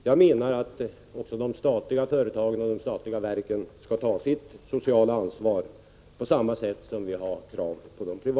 Jag menar att även de statliga företagen och verken skall ta sitt sociala ansvar — liksom de privata företagen måste göra.